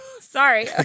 Sorry